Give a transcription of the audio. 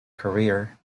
career